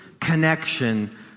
connection